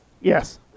Yes